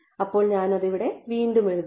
അതിനാൽ ഞാൻ അത് ഇവിടെ വീണ്ടും എഴുതുന്നു